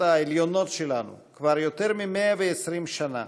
העליונות שלנו כבר יותר מ-120 שנה.